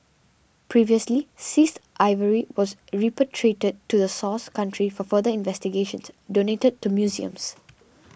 previously seized ivory was repatriated to the source country for further investigations donated to museums